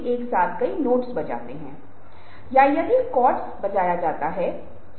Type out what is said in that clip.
पहली बात जो मैं बार बार उजागर करता रहा हूं वह यह है की बहुत ध्यान से सुने